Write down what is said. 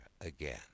again